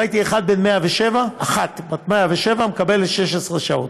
ראיתי אחת בת 107, מקבלת 16 שעות.